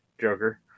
Joker